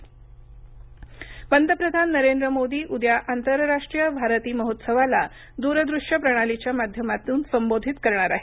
PM Bharati पंतप्रधान नरेंद्र मोदी उद्या आंतरराष्ट्रीय भारती महोत्सावाला दूरदृष्य प्रणालीच्या माध्यमातून संबोधित करणार आहेत